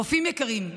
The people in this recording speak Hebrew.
רופאים יקרים,